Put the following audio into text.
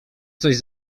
coś